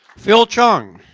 phil chong,